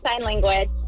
language